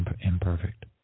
imperfect